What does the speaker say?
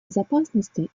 безопасности